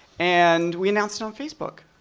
and we announced it on facebook.